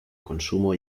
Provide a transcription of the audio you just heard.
consumo